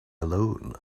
alone